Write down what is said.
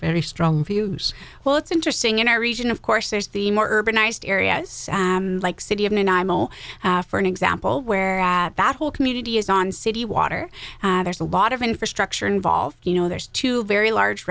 very strong views well it's interesting in our region of course there's the more urbanized areas like city of and imo for an example where at that whole community is on city water there's a lot of infrastructure involved you know there's two very large